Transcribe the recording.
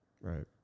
Right